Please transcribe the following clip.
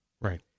Right